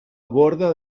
borda